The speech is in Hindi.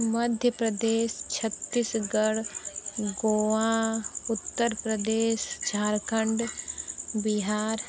मध्य प्रदेश छत्तीसगढ़ गोवा उत्तर प्रदेश झारखण्ड बिहार